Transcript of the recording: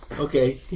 Okay